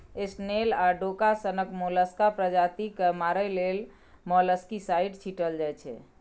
snail आ डोका सनक मोलस्का प्रजाति केँ मारय लेल मोलस्कीसाइड छीटल जाइ छै